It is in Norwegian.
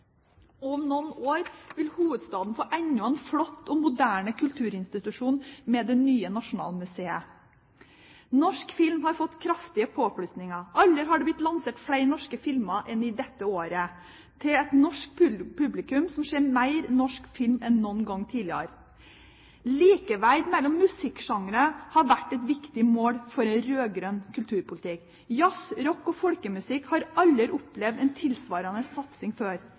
om noen år vil hovedstaden få enda en flott og moderne kulturinstitusjon med det nye Nasjonalmuseet. Norsk film har fått kraftige påplussinger. Aldri har det blitt lansert flere norske filmer enn i dette året til et norsk publikum som ser mer norsk film enn noen gang tidligere. Likeverd mellom musikksjangre har vært et viktig mål for en rød-grønn kulturpolitikk. Jazz, rock og folkemusikk har aldri opplevd en tilsvarende satsing før.